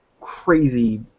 crazy